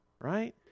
right